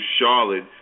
Charlotte